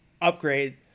upgrade